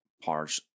parts